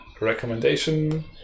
recommendation